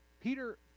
Peter